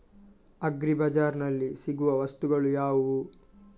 Agri ಬಜಾರ್ನಲ್ಲಿ ಸಿಗುವ ವಸ್ತುಗಳು ಯಾವುವು?